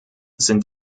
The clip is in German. sind